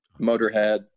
Motorhead